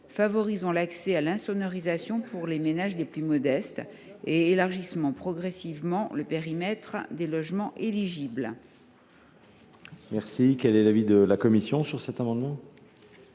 favoriserait l’accès à l’insonorisation pour les ménages les plus modestes et permettrait d’élargir progressivement le périmètre des logements éligibles.